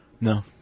No